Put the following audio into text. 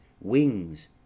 wings